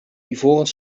ivoren